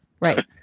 Right